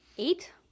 Eight